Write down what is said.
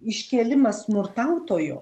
iškėlimas smurtautojo